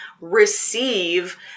receive